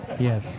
Yes